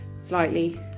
slightly